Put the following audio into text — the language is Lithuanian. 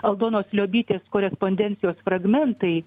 aldonos liobytės korespondencijos fragmentai